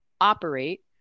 Operate